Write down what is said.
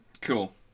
Cool